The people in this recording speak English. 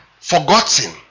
forgotten